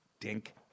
Dink